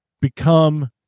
become